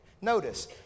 notice